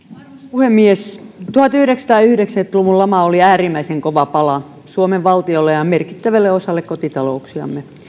puhemies tuhatyhdeksänsataayhdeksänkymmentä luvun lama oli äärimmäisen kova pala suomen valtiolle ja merkittävälle osalle kotitalouksistamme